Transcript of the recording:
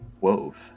Wove